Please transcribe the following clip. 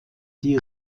die